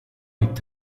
est